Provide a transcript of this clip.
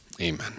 Amen